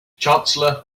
chancellor